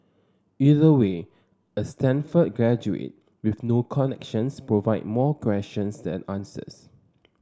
either way a Stanford graduate with no connections provide more questions than answers